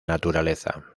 naturaleza